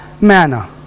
manna